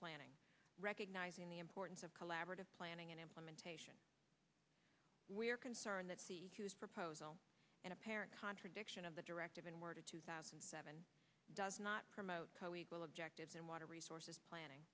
planning recognizing the importance of collaborative planning and implementation we are concerned that the proposal in apparent contradiction of the directive in word two thousand and seven does not promote coequal objectives and water resources planning